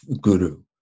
guru